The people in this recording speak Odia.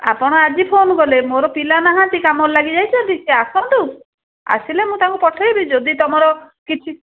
ଆପଣ ଆଜି ଫୋନ୍ କଲେ ମୋର ପିଲା ନାହାନ୍ତି କାମରେ ଲାଗିଯାଇଛନ୍ତି ସେ ଆସନ୍ତୁ ଆସିଲେ ମୁଁ ତାଙ୍କୁ ପଠାଇବି ଯଦି ତୁମର କିଛି